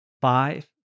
Five